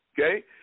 Okay